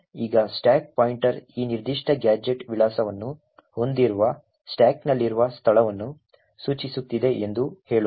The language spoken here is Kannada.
ಈಗ ಸ್ಟಾಕ್ ಪಾಯಿಂಟರ್ ಈ ನಿರ್ದಿಷ್ಟ ಗ್ಯಾಜೆಟ್ ವಿಳಾಸವನ್ನು ಹೊಂದಿರುವ ಸ್ಟಾಕ್ನಲ್ಲಿರುವ ಸ್ಥಳವನ್ನು ಸೂಚಿಸುತ್ತಿದೆ ಎಂದು ಹೇಳೋಣ